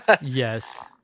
yes